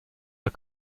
are